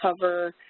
cover